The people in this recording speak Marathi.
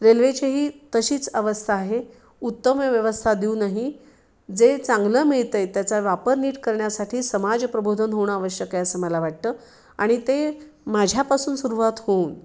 रेल्वेची ही तशीच अवस्था आहे उत्तम व्यवस्था देऊनही जे चांगलं मिळत आहे त्याचा वापर नीट करण्यासाठी समाजप्रबोधन होणं आवश्यक आहे असं मला वाटतं आणि ते माझ्यापासून सुरुवात होऊन